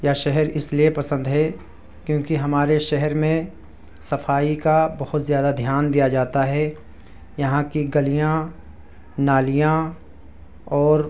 یا شہر اس لیے پسند ہے کیوںکہ ہمارے شہر میں صفائی کا بہت زیادہ دھیان دیا جاتا ہے یہاں کی گلیاں نالیاں اور